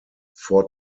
four